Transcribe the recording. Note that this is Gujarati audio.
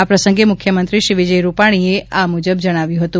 આ પ્રસંગે મુખ્યમંત્રીશ્રી વિજય રૂપાણીએ આ મુજબ જણાવ્યું હતું